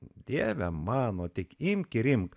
dieve mano tik imk ir imk